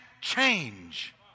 change